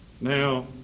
Now